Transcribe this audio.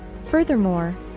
Furthermore